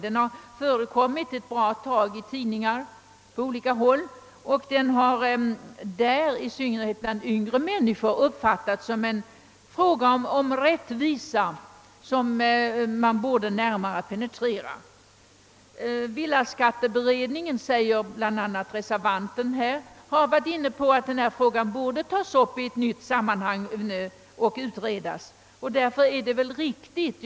Den har förts ett bra tag i tidningar och på andra håll, och det hela har — i synnerhet bland yngre människor — uppfattats som en fråga om rättvisa som borde närmare penetreras. Villaskatteberedningen, säger reservanten, har varit inne på att denna fråga borde tas upp till utredning i ett nytt sammanhang.